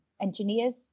engineers